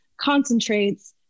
concentrates